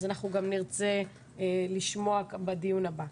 אז אנחנו גם נרצה לשמוע בדיון הבא.